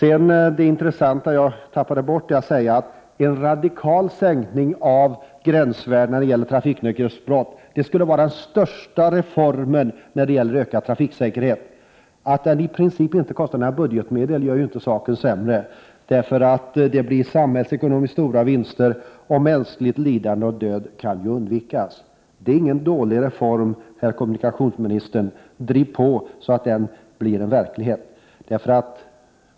En radikal sänkning av gränsvärdet när det gäller trafiknykterhetsbrott skulle vara den största reformen för att skapa en större trafiksäkerhet. Saken blir ju inte sämre av att en sådan reform inte tar några budgetmedel i anspråk. De samhällsekonomiska vinsterna blir stora, samtidigt som mänskligt lidande och död kan undvikas. Det är ingen dålig reform, herr kommunikationsminister. Driv på så att den blir verklighet!